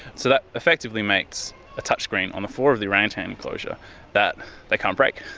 so that effectively makes a touchscreen on the floor of the orangutan enclosure that they can't break.